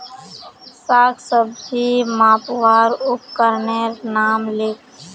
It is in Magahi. साग सब्जी मपवार उपकरनेर नाम लिख?